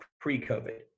pre-COVID